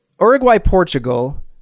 Uruguay-Portugal